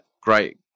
great